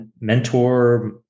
mentor